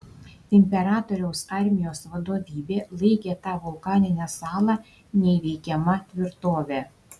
imperatoriaus armijos vadovybė laikė tą vulkaninę salą neįveikiama tvirtove